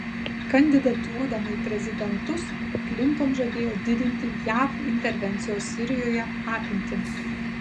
kandidatuodama į prezidentus klinton žadėjo didinti jav intervencijos sirijoje apimtį